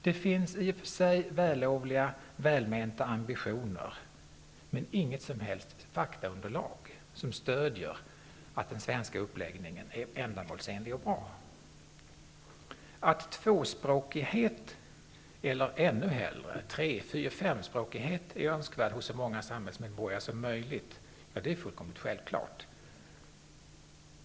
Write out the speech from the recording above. Det finns i och för sig vällovliga, välmenta ambitioner, men inget som helst faktaunderlag som stödjer uppfattningen att den svenska uppläggningen är ändamålsenlig och bra. Att tvåspråkighet, eller ännu hellre tre eller femspråkighet, är önskvärd hos så många samhällsmedborgare som möjligt är fullkomligt självklart.